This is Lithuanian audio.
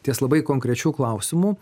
ties labai konkrečiu klausimu